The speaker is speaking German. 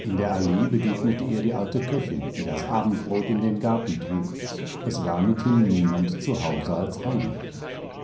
in der allee begegnete ihr die alte köchin die das abendbrot in den garten trug es war mithin niemand zu hause als heinrich